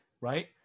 right